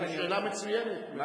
זו שאלה מצוינת, מאוד הגיונית.